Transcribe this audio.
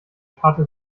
karte